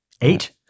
Eight